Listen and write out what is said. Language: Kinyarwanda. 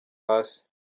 hasi